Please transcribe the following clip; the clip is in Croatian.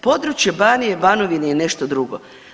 Područje Banije i Banovine je nešto drugo.